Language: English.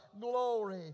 glory